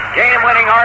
game-winning